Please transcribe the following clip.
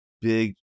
big